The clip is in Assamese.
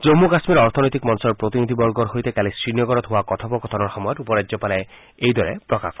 জম্মু কাম্মীৰ অৰ্থনৈতিক মঞ্চৰ প্ৰতিনিধিবৰ্গৰ সৈতে কালি শ্ৰীনগৰত হোৱা কথোপকথনৰ সময়ত উপৰাজ্যপালে এইদৰে প্ৰকাশ কৰে